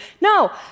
No